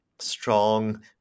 strong